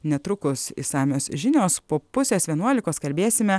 netrukus išsamios žinios po pusės vienuolikos kalbėsime